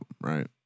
right